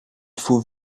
faut